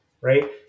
Right